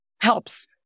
helps